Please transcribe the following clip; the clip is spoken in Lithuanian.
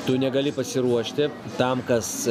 tu negali pasiruošti tam kas